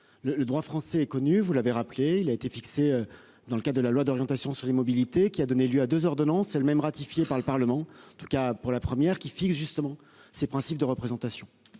Le droit français est connu : il a été fixé dans le cadre de la loi d'orientation des mobilités, qui a donné lieu à deux ordonnances, elles-mêmes ratifiées par le Parlement- en tout cas la première -, et qui fixent justement ces principes de représentation.